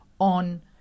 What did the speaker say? on